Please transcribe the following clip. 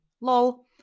Lol